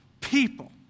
people